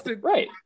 Right